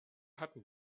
hatten